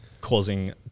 causing